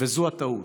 וזו הטעות.